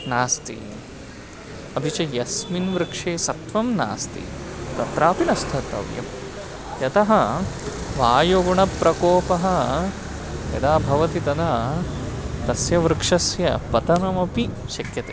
नास्ति अपि च यस्मिन् वृक्षे सत्वं नास्ति तत्रापि न स्थतव्यं यतः वायुगुणप्रकोपः यदा भवति तदा तस्य वृक्षस्य पतनमपि शक्यते